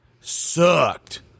sucked